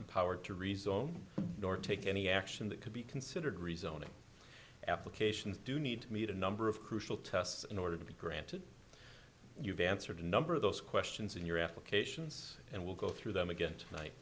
empowered to resolve nor take any action that could be considered rezoning applications do need to meet a number of crucial tests in order to be granted you've answered a number of those questions in your applications and we'll go through them again tonight